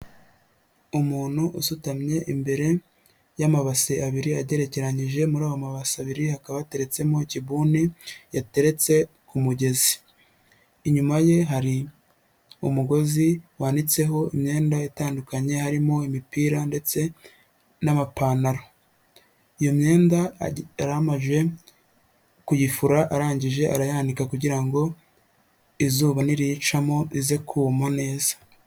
Umuntu usutamye imbere y'amabase abiri agerekeranije, muri ayo mabasa abiri hakaba ateretsemo ikibuni yateretse ku mugezi, inyuma ye hari umugozi wanitseho imyenda itandukanye, harimo imipira ndetse n'amapantaro, iyo myenda yari amajije kuyifura arangije arayanika kugira ngo izuba niriyicamo ize kuma neza.